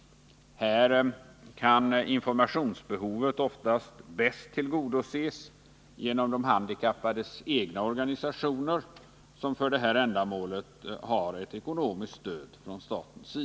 Här kan informationsbehovet oftast bäst tillgodoses genom de handikappades egna organisationer, som för det ändamålet har ett ekonomiskt stöd från staten.